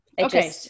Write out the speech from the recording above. Okay